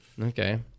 Okay